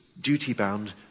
duty-bound